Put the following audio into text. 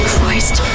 Christ